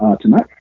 tonight